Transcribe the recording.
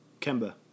Kemba